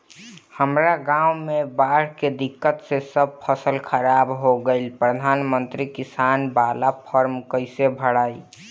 हमरा गांव मे बॉढ़ के दिक्कत से सब फसल खराब हो गईल प्रधानमंत्री किसान बाला फर्म कैसे भड़ाई?